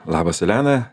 labas elena